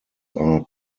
are